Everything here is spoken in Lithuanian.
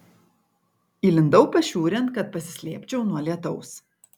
įlindau pašiūrėn kad pasislėpčiau nuo lietaus